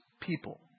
people